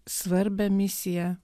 svarbią misiją